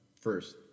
first